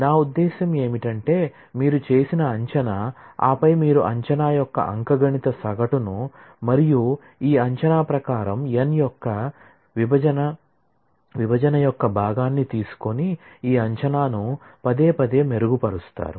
నా ఉద్దేశ్యం ఏమిటంటే మీరు చేసిన అంచనా ఆపై మీరు అంచనా యొక్క అంకగణిత సగటును మరియు ఈ అంచనా ప్రకారం n యొక్క విభజన యొక్క భాగాన్ని తీసుకొని ఈ అంచనాను పదేపదే మెరుగుపరుస్తారు